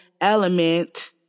element